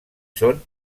són